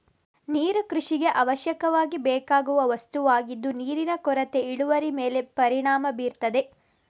ನೀರು ಕೃಷಿಗೆ ಅವಶ್ಯಕವಾಗಿ ಬೇಕಾಗುವ ವಸ್ತುವಾಗಿದ್ದು ನೀರಿನ ಕೊರತೆ ಇಳುವರಿ ಮೇಲೆ ಪರಿಣಾಮ ಬೀರ್ತದೆ